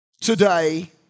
today